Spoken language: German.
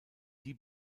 die